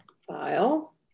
file